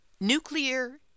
Nuclear